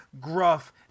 Gruff